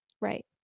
right